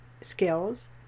skills